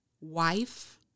wife